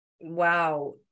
Wow